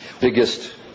Biggest